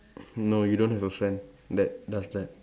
no you don't have a friend that does that